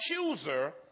accuser